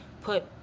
put